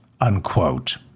unquote